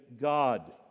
God